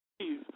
Please